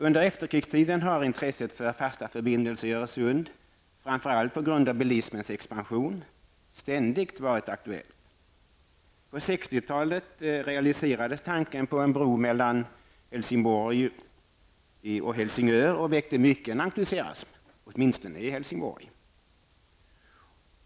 Under efterkrigstiden har intresset för fasta förbindelser i Öresund, framför allt på grund av bilismens expansion, ständigt varit aktuellt. På 60-talet realiserades tanken på en bro mellan Helsingborg och Helsingör och väckte mycken entusiasm, åtminstone i Helsingborg.